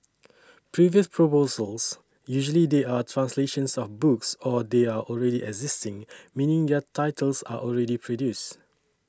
previous proposals usually they are translations of books or they are already existing meaning their titles are already produced